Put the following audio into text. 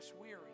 weary